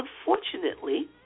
unfortunately